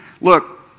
look